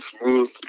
smooth